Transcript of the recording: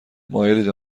مایلید